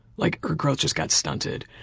like her growth just got stunted.